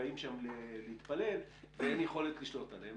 באים שם להתפלל ואין יכולת לשלוט עליהם.